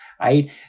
right